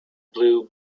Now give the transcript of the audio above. blue